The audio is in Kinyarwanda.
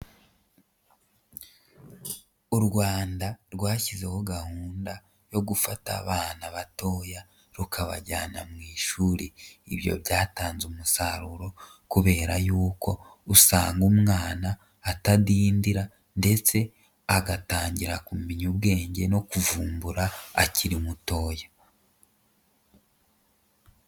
U Rwanda rwashyizeho gahunda yo gufata abana batoya rukabajyana mu ishuri, ibyo byatanze umusaruro kubera yuko usanga umwana atadindira ndetse agatangira kumenya ubwenge no kuvumbura akiri mutoya.